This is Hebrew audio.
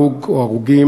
הרוג או הרוגים